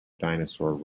dinosaur